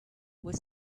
was